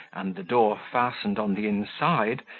and the door fastened on the inside,